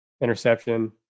interception